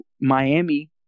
Miami